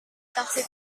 taksi